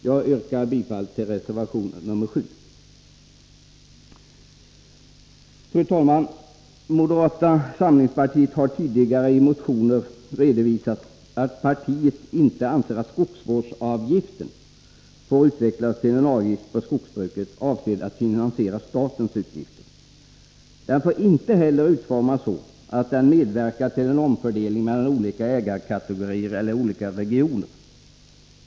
Jag yrkar bifall till reservation 7. Fru talman! Moderata samlingspartiet har tidigare i motioner redovisat att partiet inte anser att skogsvårdsavgiften får utvecklas till en avgift på skogsbruket för att finansiera statens utgifter. Den får inte heller utformas så, att den medverkar till en omfördelning mellan olika ägarkategorier eller mellan olika regioner.